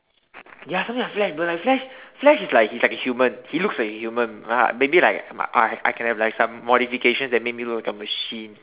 ya something like flash but like flash flash is like he's like a human he looks like he's a human uh maybe like I I can have some modifications that make me look like a machine